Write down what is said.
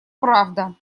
правда